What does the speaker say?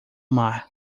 mar